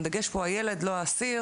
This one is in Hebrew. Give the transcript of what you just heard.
הדגש פה הוא על הילד ולא על האסיר.